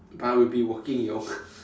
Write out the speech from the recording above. but I will be walking yo